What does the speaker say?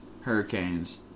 hurricanes